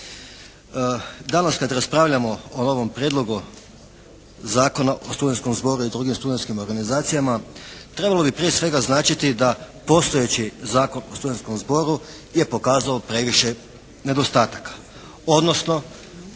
Danas kad raspravljamo o ovom Prijedlogu zakona o studentskom zboru i drugim studentskim organizacijama, trebalo bi prije svega značiti da postojeći Zakon o studentskom zboru je pokazao previše nedostataka